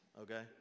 okay